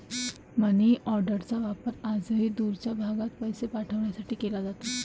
मनीऑर्डरचा वापर आजही दूरवरच्या भागात पैसे पाठवण्यासाठी केला जातो